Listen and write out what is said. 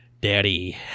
Daddy